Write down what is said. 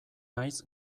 naiz